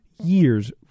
years